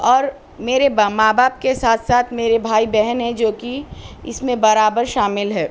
اور میرے ماں باپ کے ساتھ میرے بھائی بہن ہیں جو کہ اس میں برابر شامل ہے